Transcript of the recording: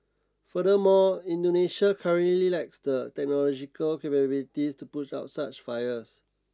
furthermore Indonesia currently lacks the technological capabilities to push out such fires